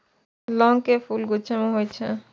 लौंग के फूल गुच्छा मे होइ छै